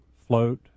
float